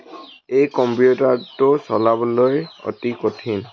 এই কম্পিউটাৰটো চলাবলৈ অতি কঠিন